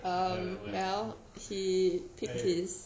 um well he picked his [what]